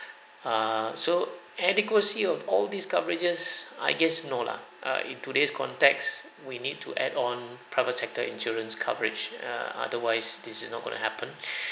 err so adequacy of all these coverages I guess no lah err in today's context we need to add on private sector insurance coverage err otherwise this is not going to happen